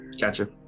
Gotcha